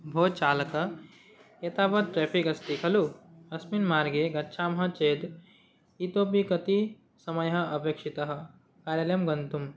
भोः चालक एतावत् ट्राफ़िक् अस्ति खलु अस्मिन् मार्गे गच्छामः चेत् इतोऽपि कति समयः अपेक्षितः कार्यालयं गन्तुं